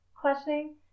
questioning